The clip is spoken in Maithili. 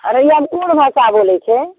अररियामे कोन भाषा बोलैत छै